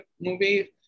movie